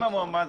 אם המועמד,